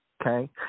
Okay